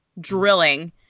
drilling